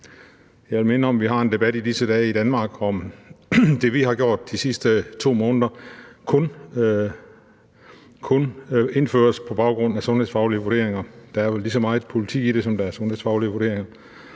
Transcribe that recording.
Jeg vil minde om, at vi i disse dage har en debat i Danmark om, om det, vi har gjort de sidste 2 måneder, kun indføres på baggrund af sundhedsfaglige vurderinger. Der er vel lige så meget politik i det, som der er sundhedsfaglige vurderinger.